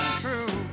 true